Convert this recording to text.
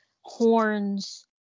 horns